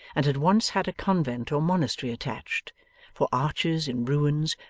and had once had a convent or monastery attached for arches in ruins,